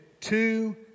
two